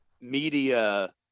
media